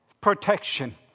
protection